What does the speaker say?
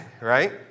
right